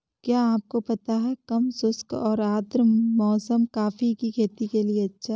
क्या आपको पता है कम शुष्क और आद्र मौसम कॉफ़ी की खेती के लिए अच्छा है?